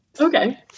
okay